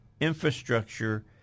infrastructure